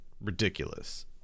ridiculous